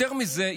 יותר מזה,